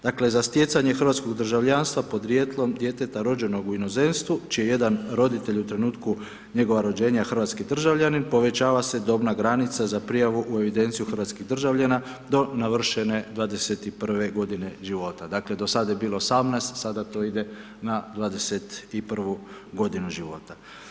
Dakle, za stjecanje hrvatskog državljanstva, porijeklom djeteta rođenja u inozemstvu, čiji jedan roditelj u trenutku njegovog rođenja hrvatski državljanin, povećava se dobna granica za prijavu u evidenciju hrvatskih državljana do navršene 21 g. života, dakle, do sada je bilo 18, sada to ide na 21 g. života.